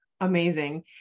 amazing